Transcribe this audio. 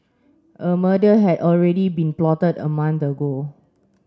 a murder had already been plotted a month ago